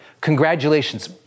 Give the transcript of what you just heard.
Congratulations